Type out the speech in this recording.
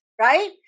Right